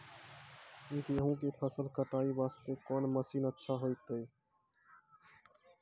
गेहूँ के फसल कटाई वास्ते कोंन मसीन अच्छा होइतै?